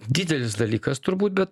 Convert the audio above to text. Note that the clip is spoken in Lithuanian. didelis dalykas turbūt bet